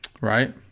right